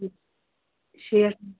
شیٹھ